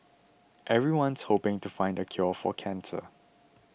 everyone's hoping to find the cure for cancer